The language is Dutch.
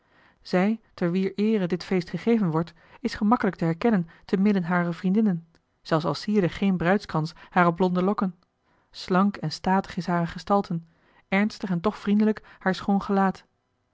zij te wier eere dit feest gegeven wordt is gemakkelijk te herkennen te midden harer vriendinnen zelfs al sierde geen bruids krans hare blonde lokken slank en statig is hare gestalte ernstig en toch vriendelijk haar schoon gelaat